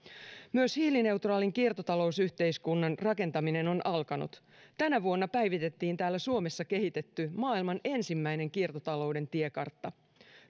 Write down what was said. myös hiilineutraalin kiertotalousyhteiskunnan rakentaminen on alkanut tänä vuonna päivitettiin täällä suomessa kehitetty maailman ensimmäinen kiertotalouden tiekartta